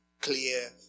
clear